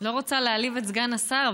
לא רוצה להעליב את סגן השר,